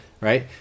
right